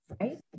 right